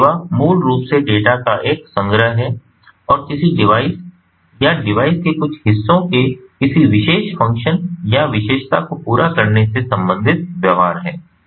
तो सेवा मूल रूप से डेटा का एक संग्रह है और किसी डिवाइस या डिवाइस के कुछ हिस्सों के किसी विशेष फ़ंक्शन या विशेषता को पूरा करने से संबंधित व्यवहार है